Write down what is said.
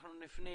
אנחנו נפנה